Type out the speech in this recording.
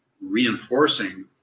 reinforcing